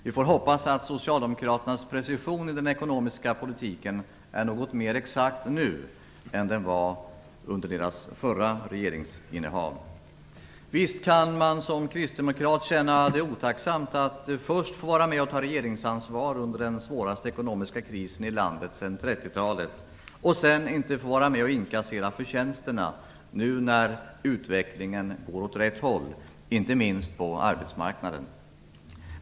Vi får hoppas att socialdemokraternas precision i den ekonomiska politiken är något mer exakt nu än den var under deras förra regeringsinnehav. Visst kan man som kristdemokrat känna det otacksamt att först vara med och ta regeringsansvar under den svåraste ekonomiska krisen i landet sedan 30-talet och sedan inte få vara med och inkassera "förtjänsterna" nu när utvecklingen går åt rätt håll, inte minst på arbetsmarknaden.